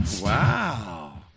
Wow